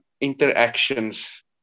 interactions